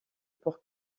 pour